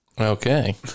Okay